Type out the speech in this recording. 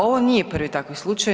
Ovo nije prvi takvi slučaj.